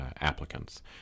applicants